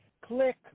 Click